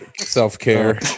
self-care